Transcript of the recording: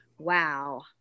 wow